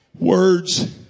Words